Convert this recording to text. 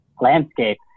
landscape